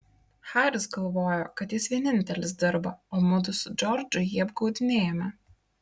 haris galvojo kad jis vienintelis dirba o mudu su džordžu jį apgaudinėjame